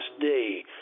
day